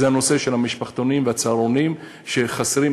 הנושא של המשפחתונים והצהרונים שחסרים.